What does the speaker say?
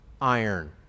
iron